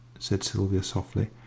said sylvia, softly.